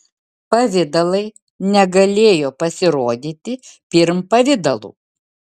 pavidalai negalėjo pasirodyti pirm pavidalų